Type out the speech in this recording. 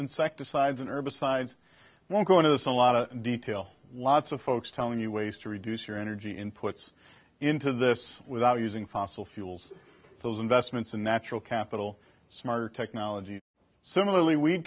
insecticides and herbicides won't go into this a lot of detail lots of folks telling you ways to reduce your energy inputs into this without using fossil fuels those investments in natural capital smarter technology similarly we